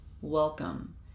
Welcome